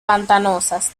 pantanosas